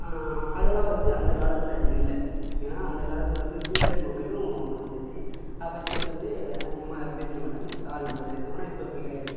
அதெலாம் வந்து அந்த காலத்தில் இது இல்லை ஏன்னா அந்த காலத்தில் வந்து கீப்பேட் மொபைலும் இருந்துச்சு அப்போ ஜெஸ்ட்டு வந்து அதிகமாக யாரும் பேசிக்க மாட்டாங்க மிஸ்டு காலில் மட்டும் தான் பேசிப்போம் ஆனால் இப்போ அப்படி கிடையாது